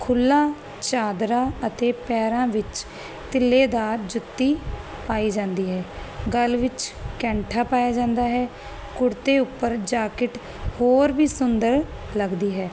ਖੁੱਲਾ ਚਾਦਰਾ ਅਤੇ ਪੈਰਾਂ ਵਿੱਚ ਤਿੱਲੇਦਾਰ ਜੁੱਤੀ ਪਾਈ ਜਾਂਦੀ ਹੈ ਗਲ ਵਿੱਚ ਕੈਂਠਾ ਪਾਇਆ ਜਾਂਦਾ ਹੈ ਕੁੜਤੇ ਉੱਪਰ ਜਾਕਿਟ ਹੋਰ ਵੀ ਸੁੰਦਰ ਲੱਗਦੀ ਹੈ